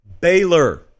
Baylor